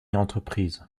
entreprises